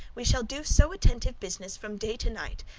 we shall do so attentive business from day to night,